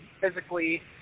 physically